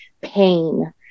pain